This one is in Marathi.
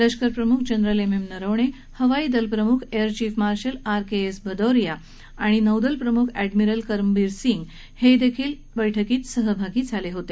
लष्कर प्रमुख जनरल एम एम नरवणे हवाईदल प्रमुख air chief marshal R K S Bhadauria आणि नौदल प्रमुख अॅडमिरल करमबीर सिंग ही बर्रक्कीत सहभागी झाले होते